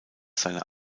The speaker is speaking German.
seiner